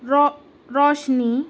رو روشنی